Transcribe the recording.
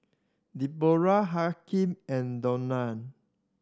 Deborrah Hakim and Donal